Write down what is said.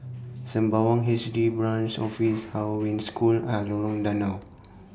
Sembawang H D Branch Office Hong Wen School and Lorong Danau